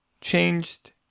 changed